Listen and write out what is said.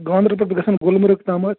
گانٛدربل پٮ۪ٹھٕ گژھن گُلمرگ